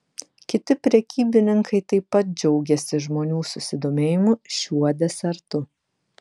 kiti prekybininkai taip pat džiaugėsi žmonių susidomėjimu šiuo desertu